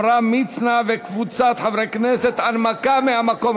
הכנסת שולי מועלם, ותבואי על הברכה גם את.